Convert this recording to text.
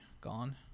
gone